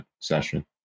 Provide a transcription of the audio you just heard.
session